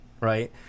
right